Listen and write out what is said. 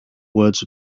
words